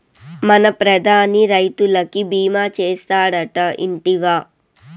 మన ప్రధాని రైతులకి భీమా చేస్తాడటా, ఇంటివా